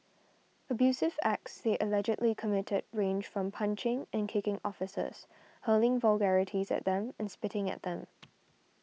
abusive acts they allegedly committed range from punching and kicking officers hurling vulgarities at them and spitting at them